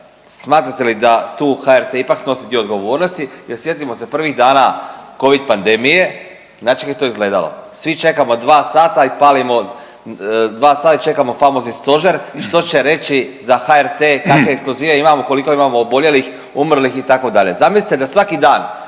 smatrate li da tu HRT ipak snosi dio odgovornosti jer sjetimo se prvih dana Covid pandemije, na čeg je to izgledao svi čekamo 2 sata i palimo, 2 sata i čekamo famozni stožer što će reći za HRT kakve ekskluzive imamo, koliko imamo oboljelih, umrlih itd. Zamislite da svaki dan